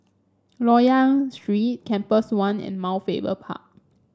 Loyang Street Compass One and Mount Faber Park